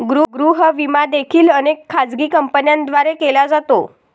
गृह विमा देखील अनेक खाजगी कंपन्यांद्वारे केला जातो